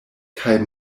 kaj